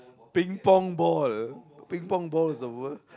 Ping-Pong ball Ping-Pong ball is the worst